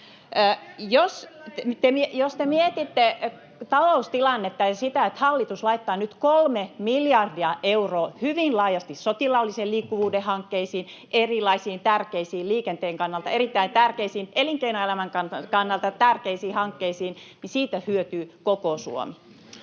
Jos te mietitte taloustilannetta ja sitä, että hallitus laittaa nyt kolme miljardia euroa hyvin laajasti sotilaallisen liikkuvuuden hankkeisiin, erilaisiin liikenteen kannalta erittäin tärkeisiin, [Antti Kurvisen välihuuto] elinkeinoelämän kannalta tärkeisiin hankkeisiin, niin siitä hyötyy koko Suomi.